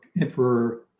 Emperor